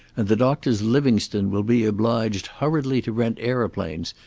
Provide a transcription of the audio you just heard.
and the doctors livingstone will be obliged hurriedly to rent aeroplanes,